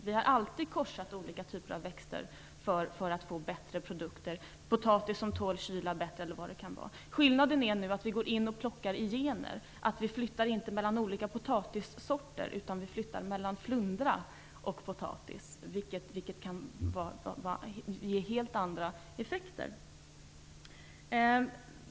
Vi har alltid korsat olika typer av växter för att få bättre produkter - potatis som tål kyla bättre eller vad det kan vara. Skillnaden är att vi nu går in och plockar i gener. Vi flyttar inte mellan olika potatissorter utan mellan flundra och potatis, vilket kan ge helt andra effekter.